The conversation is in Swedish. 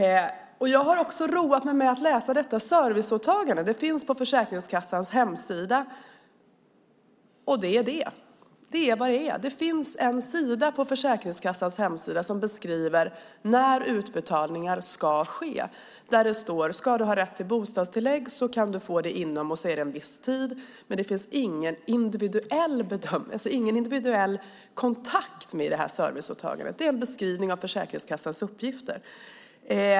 Jag har också roat mig med att läsa detta serviceåtagande. Det finns på Försäkringskassans hemsida. Det är vad det är. Det finns en sida på Försäkringskassans hemsida som beskriver när utbetalningar ska ske. Det står att om du har rätt till bostadstillägg kan du få det inom, och sedan anges en viss tid. Men det finns ingen individuell bedömning, ingen individuell kontakt i det här serviceåtagandet. Det är en beskrivning av Försäkringskassans uppgifter.